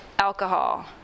alcohol